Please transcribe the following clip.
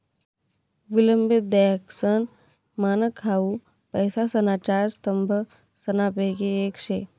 विलंबित देयकासनं मानक हाउ पैसासना चार स्तंभसनापैकी येक शे